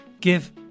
give